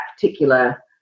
particular